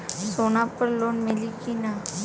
सोना पर लोन मिली की ना?